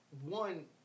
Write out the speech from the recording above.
one